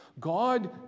God